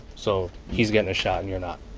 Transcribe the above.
so he's getting a shot, and you're not.